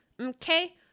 Okay